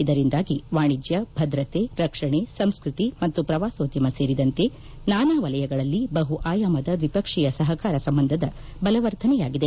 ಇದರಿಂದಾಗಿ ವಾಣಿಜ್ಯ ಭದ್ರತೆ ರಕ್ಷಣೆ ಸಂಸ್ಕೃತಿ ಮತ್ತು ಪ್ರವಾಸೋದ್ಯಮ ಸೇರಿದಂತೆ ನಾನಾ ವಲಯಗಳಲ್ಲಿ ಬಹು ಆಯಾಮದ ದ್ವಿಪಕ್ಷೀಯ ಸಹಕಾರ ಸಂಬಂಧದ ಬಲವರ್ಧನೆಯಾಗಿದೆ